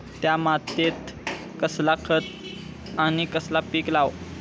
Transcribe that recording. त्या मात्येत कसला खत आणि कसला पीक लाव?